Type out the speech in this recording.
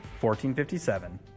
1457